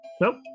Nope